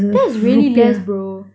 that's really less bro